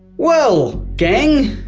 well, gang,